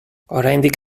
oraindik